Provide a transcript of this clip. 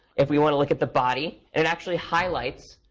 if we want to look at the body, it actually highlights.